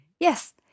Yes